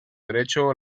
derecho